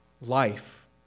life